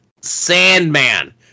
Sandman